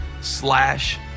slash